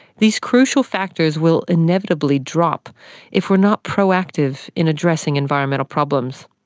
these crucial factors will inevitably drop if we're not pro-active in addressing environmental problems.